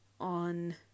on